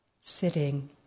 sitting